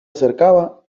acercaba